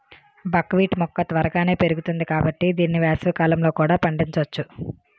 బక్ wheat మొక్క త్వరగానే పెరుగుతుంది కాబట్టి దీన్ని వేసవికాలంలో కూడా పండించొచ్చు